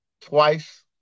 twice